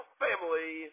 family